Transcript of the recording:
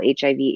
HIV